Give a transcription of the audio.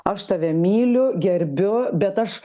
aš tave myliu gerbiu bet aš